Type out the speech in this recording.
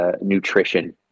nutrition